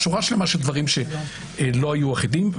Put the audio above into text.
שורה שלמה של דברים שלא היו אחידים.